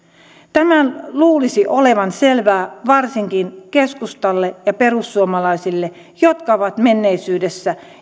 tämän luulisi olevan selvää varsinkin keskustalle ja perussuomalaisille jotka ovat menneisyydessä